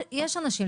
יש אנשים,